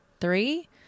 three